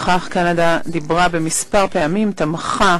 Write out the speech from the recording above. שופט בית-המשפט העליון חנן מלצר,